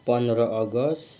पन्ध्र अगस्त